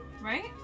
Right